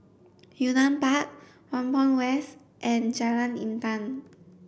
Yunnan Park Whampoa West and Jalan Intan